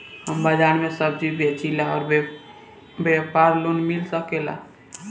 हमर बाजार मे सब्जी बेचिला और व्यापार लोन मिल सकेला?